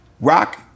Rock